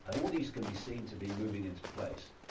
and all these can be seen to be moving into place,